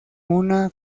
una